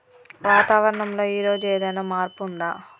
వాతావరణం లో ఈ రోజు ఏదైనా మార్పు ఉందా?